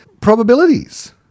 probabilities